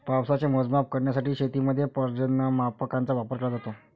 पावसाचे मोजमाप करण्यासाठी शेतीमध्ये पर्जन्यमापकांचा वापर केला जातो